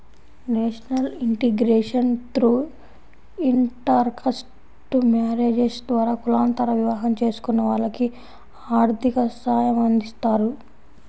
national integration through intercaste marriages ద్వారా కులాంతర వివాహం చేసుకున్న వాళ్లకి ఆర్థిక సాయమందిస్తారు